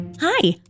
Hi